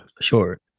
Sure